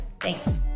Thanks